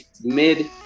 mid